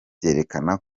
byerekana